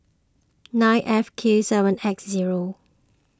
nine F K seven X zero